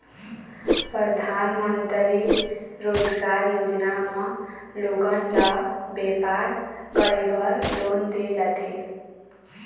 परधानमंतरी रोजगार योजना म लोगन ल बेपार करे बर लोन दे जाथे